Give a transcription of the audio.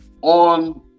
On